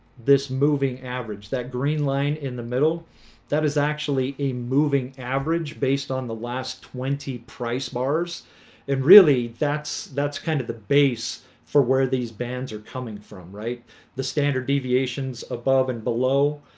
this moving average that green line in the middle that is actually a moving average based on the last twenty price bars and really that's that's kind of the base for where these bands are coming from right the standard deviations above and below